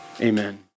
amen